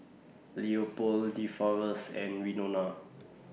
Leopold Deforest and Winona